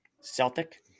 Celtic